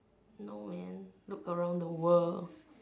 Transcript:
no man look around the world